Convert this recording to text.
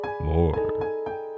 more